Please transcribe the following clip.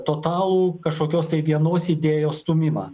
totalų kažkokios vienos idėjos stūmimą